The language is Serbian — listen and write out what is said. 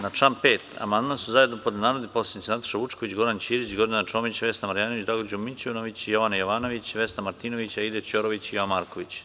Na član 5. amandman su zajedno podneli narodni poslanici Nataša Vučković, Goran Ćirić, Gordana Čomić, Vesna Marjanović, Dragoljub Mićunović, Jovana Jovanović, Vesna Martinović, Aida Ćorović i Jovan Marković.